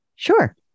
Sure